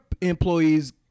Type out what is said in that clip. employees